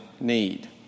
need